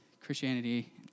Christianity